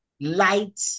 light